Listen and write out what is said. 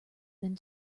than